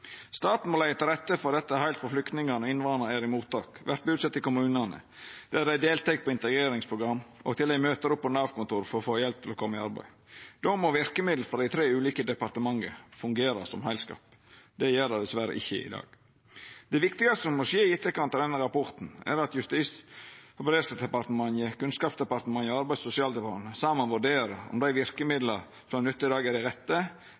Staten må leggja til rette for dette heilt frå flyktningane og innvandrarane er i mottak, vert busette i kommunar der dei deltek i integreringsprogram, og til dei møter opp på eit Nav-kontor for å få hjelp til å koma i arbeid. Då må verkemidla frå dei tre ulike departementa fungera som heilskap. Det gjer dei dessverre ikkje i dag. Det viktigaste som må skje i etterkant av denne rapporten, er at Justis- og beredskapsdepartementet, Kunnskapsdepartementet og Arbeids- og sosialdepartementet saman vurdera om dei verkemidla ein i dag nyttar, er dei rette,